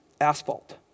Asphalt